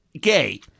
gay